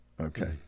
Okay